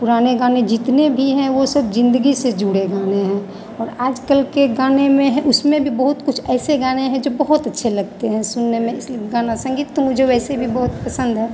पुराने गाने जितने भी हैं वो सब जिंदगी से जुड़े गाने हैं और आज कल के गाने में है उसमें भी बहुत कुछ ऐसे गाने हैं जो बहुत अच्छे लगते हैं सुनने में इसलिए गाना संगीत तो मुझे वैसे भी बहुत पसंद है